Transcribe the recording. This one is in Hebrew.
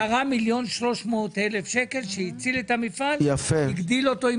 10.3 מיליון שקל שהציל את המפעל והגדיל אותו עם